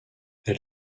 elle